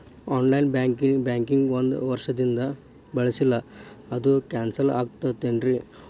On line banking ಒಂದ್ ವರ್ಷದಿಂದ ಬಳಸಿಲ್ಲ ಅದು ಕ್ಯಾನ್ಸಲ್ ಆಗಿರ್ತದೇನ್ರಿ?